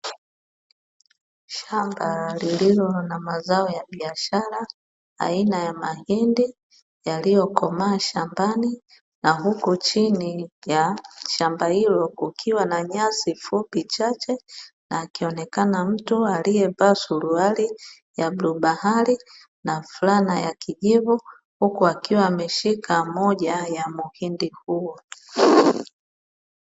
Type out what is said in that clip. Shamba lililo na mazao ya biashara aina ya mahindi yaliyokomaa shambani, na huku chini ya shamba hilo kukiwa na nyasi fupi chache, na akionekana mtu aliyevaa suruali ya bluu bahari na flana ya kijivu, huku akiwa ameshika moja ya mhindi huo.